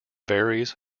varies